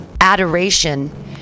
adoration